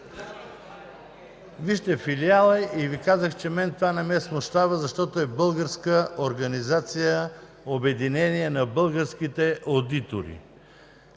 Вижте, филиал е, и Ви казах, че това мен не ме смущава, защото е българска организация, обединение на българските одитори.